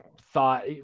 thought